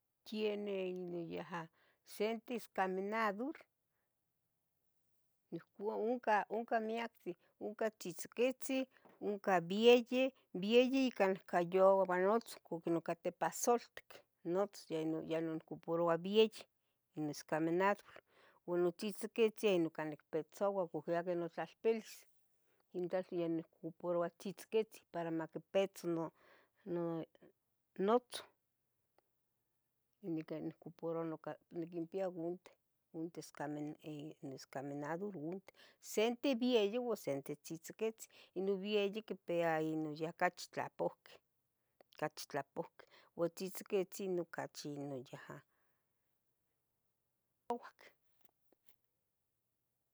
Tiene ino yaha sentes escaminadul, nihcua ohca ohnca miac ohnca tzicotzitzi, ohnca bieyi bieyi ica noncah youaloa notzoh cuac nohnca tipahsoltic notzo yeh non yeh non nicuparoua bieyi ni escaminadul, ua notzehtziquitzin yeh noncah nicpitzauac oc yeh ica notlalpilis intlal yehua nicuparoua tzetziquitzin para macpitza no, no, notzoh, ye nicuparoua nuca, niquimpia unte escami esacaminadul unte, sente bieyi ua sente tzitziquitzin, ino bieyi quipia ino yah ocachi tlapohqui, ocachi tlapohqui, ua tzihtziquitzin ocachi ino yaha ouac.